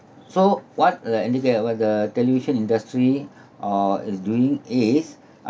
so what uh the or what the television industry or is doing is